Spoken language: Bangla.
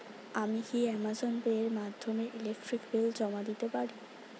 আমি কি অ্যামাজন পে এর মাধ্যমে ইলেকট্রিক বিল জমা দিতে পারি?